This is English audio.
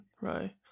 Right